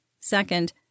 Second